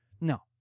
No